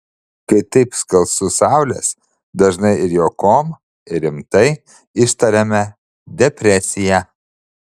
kai taip skalsu saulės dažnai ir juokom ir rimtai ištariame depresija